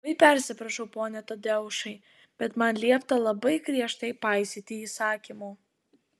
labai persiprašau pone tadeušai bet man liepta labai griežtai paisyti įsakymų